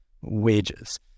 wages